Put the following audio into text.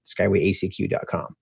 skywayacq.com